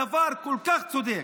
דבר כל כך צודק.